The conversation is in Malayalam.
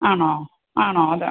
ആണോ ആണോ അതെ